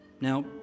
Now